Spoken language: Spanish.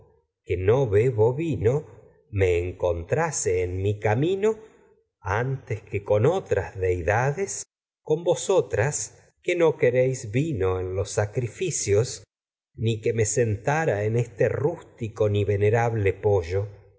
que no antes bebo vino me encontrase en que con otras deidades con vosotras que no que réis vino en los sacrificios poyo con ni que me sentara pues en esto rústico ni venerable